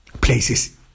places